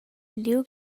liug